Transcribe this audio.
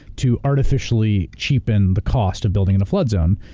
to artificially cheapen the cost of building in a flood zone.